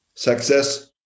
Success